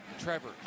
Trevor